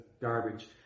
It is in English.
garbage